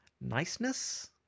niceness